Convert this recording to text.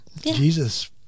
Jesus